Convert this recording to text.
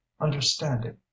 Understanding